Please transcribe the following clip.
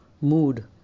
Mood